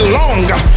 longer